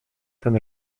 ten